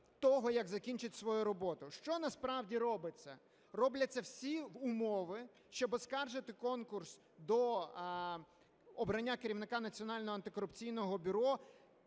того, як закінчить свою роботу. Що насправді робиться? Робляться всі умови, щоб оскаржити конкурс до обрання Керівника Національного антикорупційного бюро